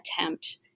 attempt